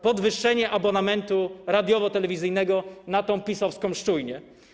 Podwyższenie abonamentu radiowo-telewizyjnego na tę PiS-owską szczujnię.